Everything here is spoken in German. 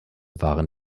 waren